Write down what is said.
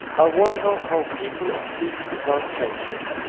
wonder how people exist without friendship,